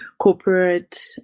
corporate